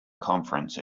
conference